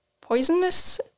poisonous